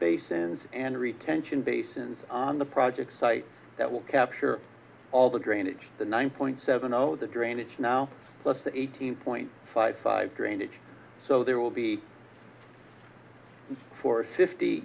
basins and retention basins on the project site that will capture all the drainage the one point seven zero the drainage now plus the eighteen point five five drainage so there will be for a fifty